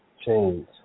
change